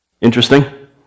Interesting